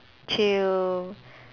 chill